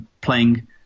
playing